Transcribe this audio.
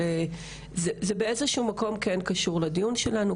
זה באיזה שהוא מקום כן קשור לדיון שלנו,